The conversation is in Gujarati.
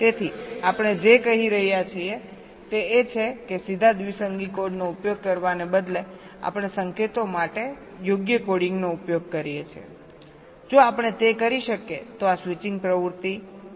તેથી આપણે જે કહી રહ્યા છીએ તે એ છે કે સીધા દ્વિસંગી કોડનો ઉપયોગ કરવાને બદલે આપણે સંકેતો માટે યોગ્ય કોડિંગનો ઉપયોગ કરીએ છીએ જો આપણે તે કરી શકીએ તો આ સ્વિચિંગ પ્રવૃત્તિને ઘટાડવામાં મદદ કરી શકે છે